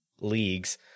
leagues